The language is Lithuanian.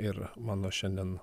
ir mano šiandien